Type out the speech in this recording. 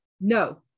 No